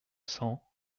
cent